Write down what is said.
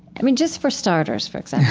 i mean, just for starters, for example,